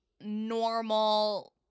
normal